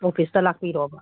ꯑꯣꯐꯤꯁꯇ ꯂꯥꯛꯄꯤꯔꯣꯕ